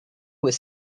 was